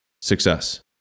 Success